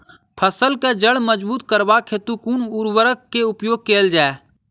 फसल केँ जड़ मजबूत करबाक हेतु कुन उर्वरक केँ प्रयोग कैल जाय?